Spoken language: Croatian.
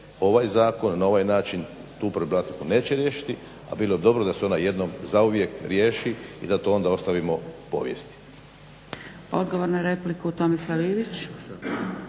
ovaj zakon na ovaj način tu problematiku neće riješiti, a bilo bi dobro da se ona jednom zauvijek riješi i da to onda ostavimo povijesti. **Zgrebec, Dragica